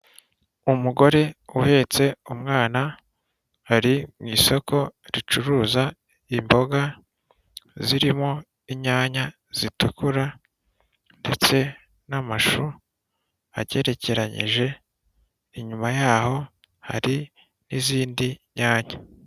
Umugore uhetse umwana ari mu isoko ricuruza imboga zirimo inyanya zitukura, ndetse n'amashu agerekeranyije inyuma yaho hari n'izindi nyanya.